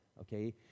okay